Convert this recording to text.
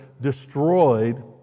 destroyed